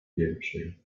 pierwszej